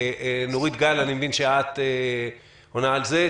נורית גל, אני מבין שאת עונה על זה.